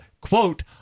quote